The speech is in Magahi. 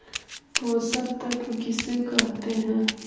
पोषक तत्त्व किसे कहते हैं?